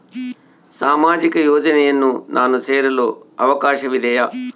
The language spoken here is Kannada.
ಸಾಮಾಜಿಕ ಯೋಜನೆಯನ್ನು ನಾನು ಸೇರಲು ಅವಕಾಶವಿದೆಯಾ?